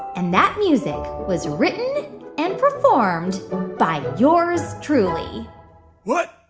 and that music was written and performed by yours truly what?